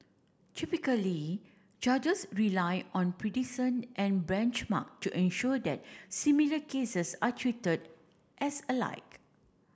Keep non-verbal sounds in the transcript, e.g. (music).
Typically judges rely on (unintelligible) and benchmark to ensure that similar cases are treated as alike